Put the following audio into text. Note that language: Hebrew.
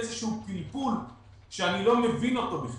איזשהו פלפול שאני לא מבין אותו בכלל.